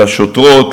לשוטרות,